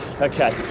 Okay